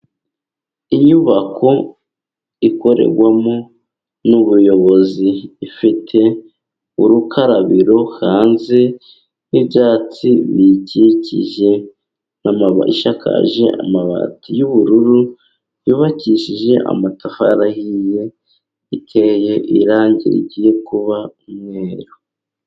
Inyubako ikorerwamo n'ubuyobozi ifite urukarabiro hanze n'ibyatsi bikikije isakaje amabati y'ubururu yubakishije amatafari ahiye iteye irangi rigiye kuba umweru.